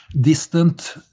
distant